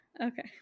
Okay